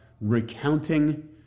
recounting